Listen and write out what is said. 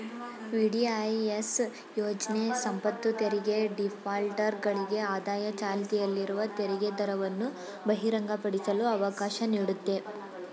VDIS ಯೋಜ್ನ ಸಂಪತ್ತುತೆರಿಗೆ ಡಿಫಾಲ್ಟರ್ಗಳಿಗೆ ಆದಾಯ ಚಾಲ್ತಿಯಲ್ಲಿರುವ ತೆರಿಗೆದರವನ್ನು ಬಹಿರಂಗಪಡಿಸಲು ಅವಕಾಶ ನೀಡುತ್ತೆ